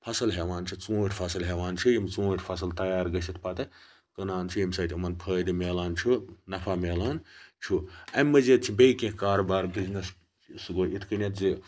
فصٕل ہیٚوان چھِ ژوٗنٛٹھۍ فصٕل ہیٚوان چھِ یِم ژوٗنٛٹھۍ فَصٕل تیار گٔژھِتھ پتہٕ کٕنان چھِ ییٚمہِ سۭتۍ یِمَن فٲیِدٕ میلان چھُ نفَہ میلان چھُ امہِ مٔزیٖد چھِ بیٚیہِ کینٛہہ کاربار بِزنٮ۪س سُہ گوٚو یِتھ کنیٚتھ زِ